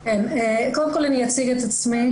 קודם כל אציג את עצמי.